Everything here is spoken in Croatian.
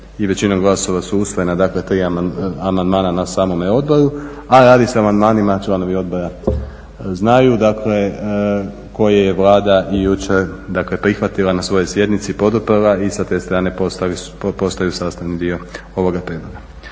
i većinom glasova su usvojena tri amandman na samome odboru, a radi se o amandmanima, članovi odbora znaju, koje je Vlada i jučer dakle prihvatila na svojoj sjednici i poduprla i sa te strane postaju sastavni dio ovoga prijedloga.